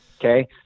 okay